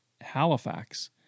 Halifax